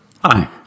Hi